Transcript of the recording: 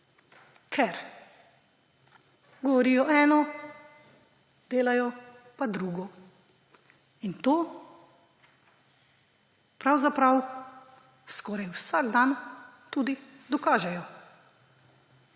ker govorijo eno, delajo pa drugo. In to pravzaprav skoraj vsak dan tudi dokažejo.